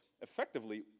effectively